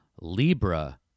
Libra